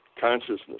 consciousness